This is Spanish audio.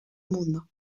mundo